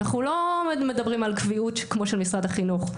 אנחנו לא מדברים על קביעות כמו של משרד החינוך,